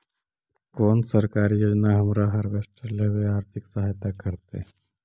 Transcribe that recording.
कोन सरकारी योजना हमरा हार्वेस्टर लेवे आर्थिक सहायता करतै?